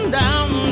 down